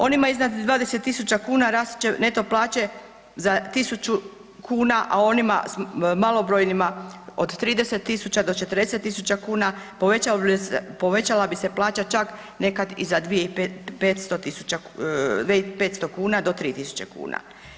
Onima iznad 20000 kuna rast će neto plaće za 1000 kuna, a onima malobrojnima od 30 do 40000 kuna povećala bi se plaća nekad i za 2500 kuna do 3000 kuna.